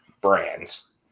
brands